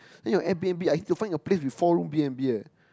then your air-b_n_b I need to find a place with four room B N B eh